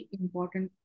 important